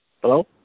Hello